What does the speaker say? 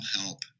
help